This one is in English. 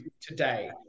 today